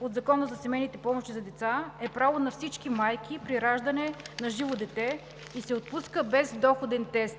от Закона за семейните помощи за деца е право на всички майки при раждане на живо дете и се отпуска без доходен тест.